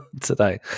today